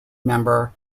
member